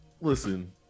listen